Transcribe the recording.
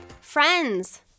Friends